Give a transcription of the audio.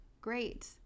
Great